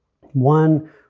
One